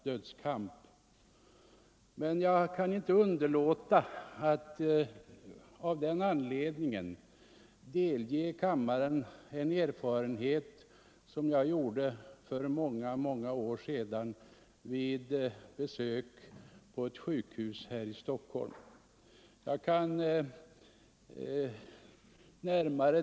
Av den anledningen kan jag inte underlåta att delge kammaren en erfarenhet som jag gjorde för många år sedan vid besök på ett sjukhus här i Stockholm.